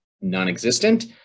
non-existent